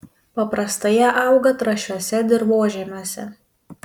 paprastai jie auga trąšiuose dirvožemiuose